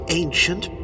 ancient